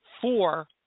four